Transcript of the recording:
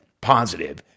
positive